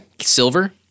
silver